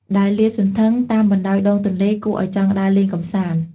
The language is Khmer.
ដែលលាតសន្ធឹង តាមបណ្តោយដងទន្លេ គួរឲ្យចង់ដើរលេងកំសាន្ត។